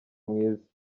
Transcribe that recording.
mwiza